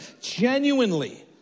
genuinely